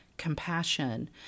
compassion